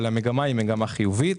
אבל המגמה היא חיובית,